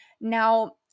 Now